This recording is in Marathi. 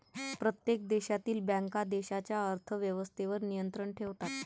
प्रत्येक देशातील बँका देशाच्या अर्थ व्यवस्थेवर नियंत्रण ठेवतात